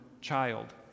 child